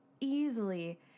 easily